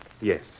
Yes